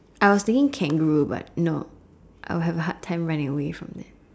I was thinking kangaroo but no I'll have a hard time running away from it